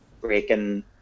breaking